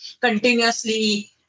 continuously